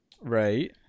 Right